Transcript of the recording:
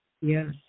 Yes